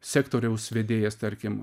sektoriaus vedėjas tarkim